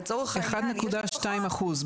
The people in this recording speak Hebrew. לצורך העניין- -- אחד נקודה שתיים אחוז,